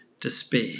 despair